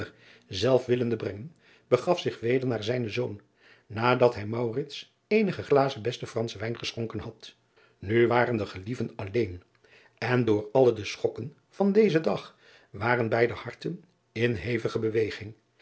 zelf willende brengen begaf zich weder naar zijnen zoon nadat hij eenige glazen besten franschen wijn geschonken had u waren de gelieven alleen en door alle de schokken vad dezen dag waren beider harten in hevige beweging